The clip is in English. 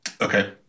Okay